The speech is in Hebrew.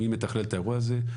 מי מתכלל את האירוע הזה?